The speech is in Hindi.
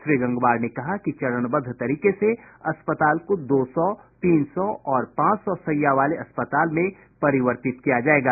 श्री गंगवार ने कहा कि चरणबद्ध तरीके से अस्पताल को दो सौ तीन सौ और पांच सौ शैय्या वाले अस्पताल में परिवर्तित किया जायेगा